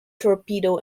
torpedo